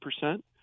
percent